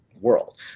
world